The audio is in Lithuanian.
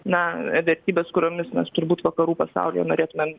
na vertybes kuriomis mes turbūt vakarų pasaulyje norėtumėm